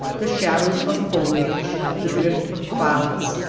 the shadows of foliage, the drift of clouds,